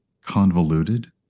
convoluted